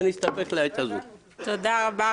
תודה רבה.